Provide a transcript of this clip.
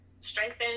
strengthen